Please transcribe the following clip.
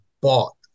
bought